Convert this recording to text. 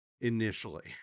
initially